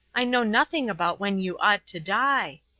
i know nothing about when you ought to die.